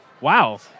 wow